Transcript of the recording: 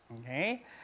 Okay